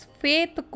faith